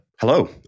Hello